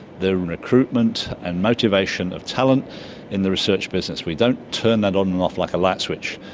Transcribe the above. the recruitment and motivation of talent in the research business. we don't turn that on and off like a light switch.